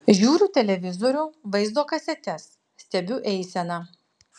žiūriu televizorių vaizdo kasetes stebiu eiseną